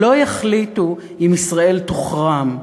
לא יחליטו אם ישראל תוחרם.